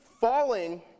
falling